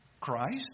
Christ